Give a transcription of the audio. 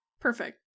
Perfect